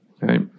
right